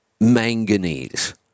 manganese